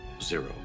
zero